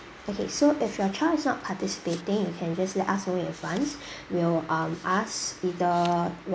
okay so if your child is not participating you can just let us know in advance we will um ask either